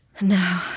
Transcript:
No